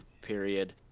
period